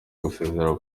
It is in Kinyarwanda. gusezera